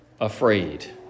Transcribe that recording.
afraid